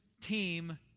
team